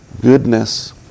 goodness